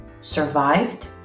survived